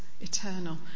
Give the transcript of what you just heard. eternal